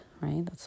right